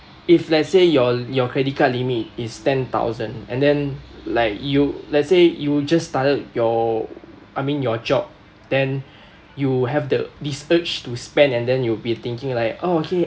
if let's say your your credit card limit is ten thousand and then like you let's say you just started your I mean your job then you have the this urge to spend and then you will be thinking like oh okay